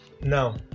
Now